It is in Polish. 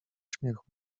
śmiechu